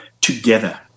together